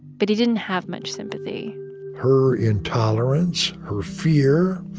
but he didn't have much sympathy her intolerance, her fear